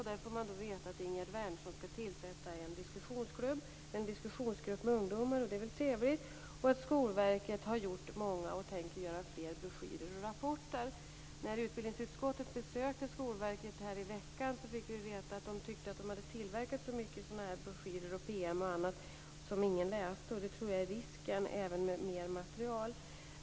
Man får nu veta att Ingegerd Wärnersson skall tillsätta en diskussionsklubb, en diskussionsgrupp med ungdomar, vilket väl är trevligt, och att Skolverket har gjort många och tänker göra fler broschyrer och rapporter. När utbildningsutskottet besökte Skolverket i veckan fick vi veta att man där tyckte att man hade tillverkat så mycket av broschyrer, PM och annat som ingen läser. Jag tror att det är en risk även med ytterligare material.